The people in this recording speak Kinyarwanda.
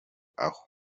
aho